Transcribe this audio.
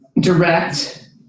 direct